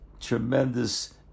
tremendous